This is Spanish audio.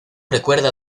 recuerda